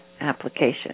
application